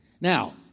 Now